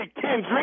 Kendrick